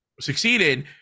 succeeded